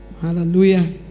Hallelujah